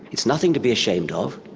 it's nothing to be ashamed of,